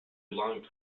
long